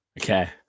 Okay